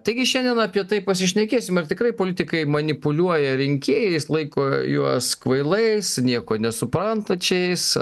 taigi šiandien apie tai pasišnekėsim ar tikrai politikai manipuliuoja rinkėjais laiko juos kvailais nieko nesuprantančiais